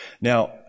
now